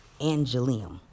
Angelium